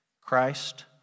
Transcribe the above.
Christ